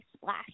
splash